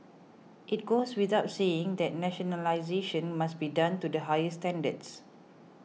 it goes without saying that nationalisation must be done to the highest standards